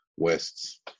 Wests